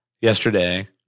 yesterday